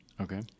Okay